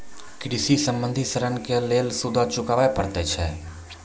कृषि संबंधी ॠण के लेल सूदो चुकावे पड़त छै?